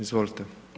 Izvolite.